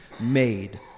made